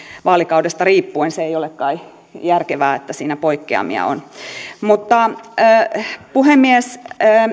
vaalikaudesta riippuen se ei ole kai järkevää että siinä poikkeamia on puhemies